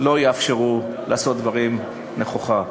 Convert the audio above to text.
יאפשרו לעשות דברים נכוחה.